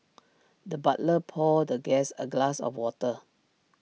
the butler poured the guest A glass of water